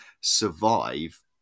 survive